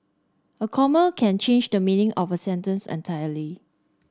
a comma can change the meaning of a sentence entirely